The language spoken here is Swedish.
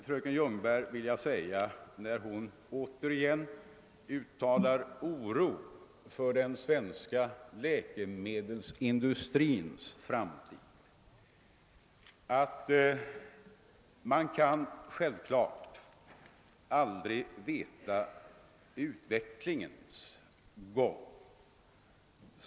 Fröken Ljungberg uttalade återigen oro för den svenska läkemedelsindustrins framtid. Ingen kan ju med säkerhet förutspå utvecklingens gång.